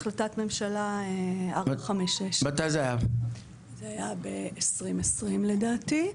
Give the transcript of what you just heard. החלטת ממשלה 456 הייתה ב-2020, לדעתי.